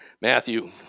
Matthew